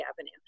Avenue